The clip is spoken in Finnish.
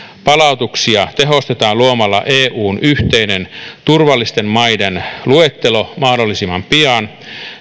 palautuksia tehostetaan luomalla eun yhteinen turvallisten maiden luettelo mahdollisimman pian